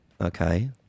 okay